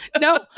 no